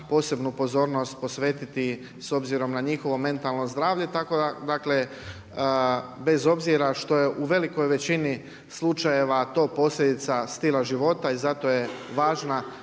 posebnu pozornost posvetiti s obzirom na njihovo mentalno zdravlje, tako dakle bez obzira što je u velikoj veličini slučajeva to posljedica stila života, i zato je važna